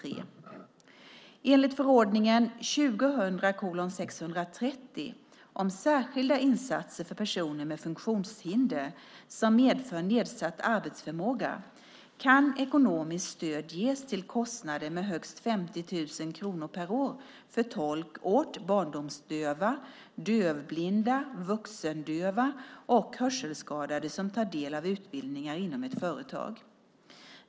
Enligt förordningen om särskilda insatser för personer med funktionshinder som medför nedsatt arbetsförmåga kan ekonomiskt stöd ges till kostnader med högst 50 000 kronor per år för tolk åt barndomsdöva, dövblinda, vuxendöva och hörselskadade som tar del av utbildning inom ett företag.